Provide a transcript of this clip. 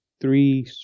three